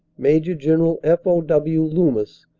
maj general f. o. w. loomis,